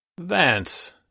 Vance